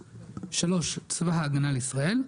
(3) צבא ההגנה לישראל,